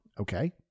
Okay